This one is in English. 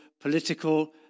political